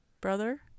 brother